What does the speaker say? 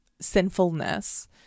sinfulness